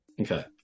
okay